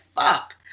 fuck